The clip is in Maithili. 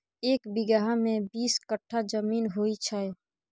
एक बीगहा मे बीस कट्ठा जमीन होइ छै